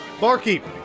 barkeep